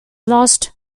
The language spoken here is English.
lost